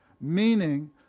meaning